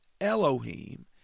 Elohim